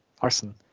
Arson